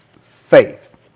Faith